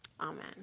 Amen